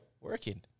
Working